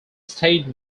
stayed